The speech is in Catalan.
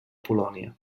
polònia